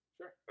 Sure